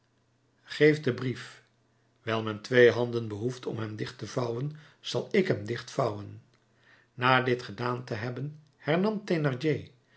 geef den brief wijl men twee handen behoeft om hem dicht te vouwen zal ik hem dichtvouwen na dit gedaan te hebben